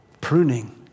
Pruning